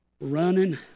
running